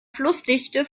flussdichte